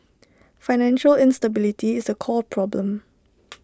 financial instability is the core problem